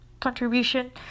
contribution